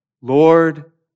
Lord